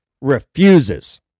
refuses